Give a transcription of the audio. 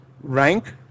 Rank